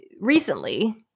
recently